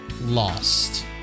lost